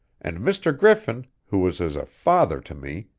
and mr. griffin, who was as a father to me,